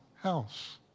house